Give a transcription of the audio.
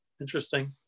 interesting